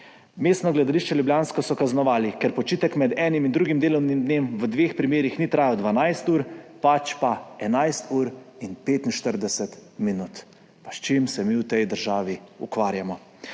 Mestno gledališče ljubljansko so kaznovali, ker počitek med enim in drugim delovnim dnem v dveh primerih ni trajal 12 ur, ampak 11 ur in 45 min. S čim se mi v tej državi ukvarjamo?